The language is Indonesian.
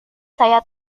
saya